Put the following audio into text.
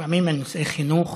לפעמים על נושא חינוך